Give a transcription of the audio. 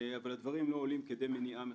אבל הדברים לא עולים כדי מניעה מחקיקה.